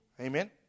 Amen